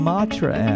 Matra